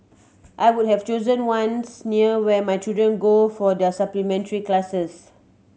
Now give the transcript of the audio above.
I would have chosen ones near where my children go for their supplementary classes